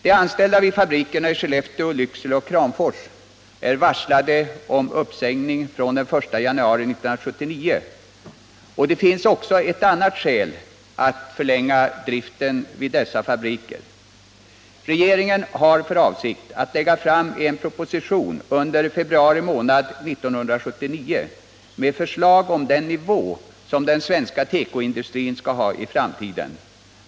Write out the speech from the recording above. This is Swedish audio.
De anställda vid fabrikerna i Skellefteå, Lycksele och Kramfors är varslade om uppsägning fr.o.m. den 1 januari 1979. Det finns också ett annat skäl att förlänga driften vid dessa fabriker. Regeringen har för avsikt att lägga fram en proposition under februari månad 1979 med förslag om den nivå som den svenska tekoindustrin skall ha i framtiden.